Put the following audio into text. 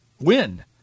win